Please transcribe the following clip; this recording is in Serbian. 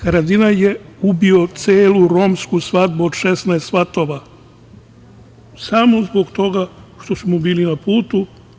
Haradinaj je ubio celu romsku svadbu od 16 svatova, samo zbog toga što su mu bili na putu.